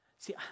See